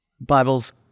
Bible's